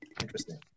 Interesting